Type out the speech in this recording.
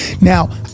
Now